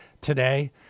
today